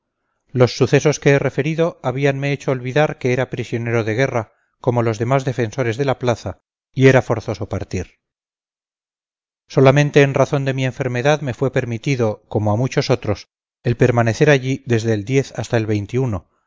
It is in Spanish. los sucesos que he referido habíanme hecho olvidar que era prisionero de guerra como los demás defensores de la plaza y era forzoso partir solamente en razón de mi enfermedad me fue permitido como a otros muchos el permanecer allí desde el hasta el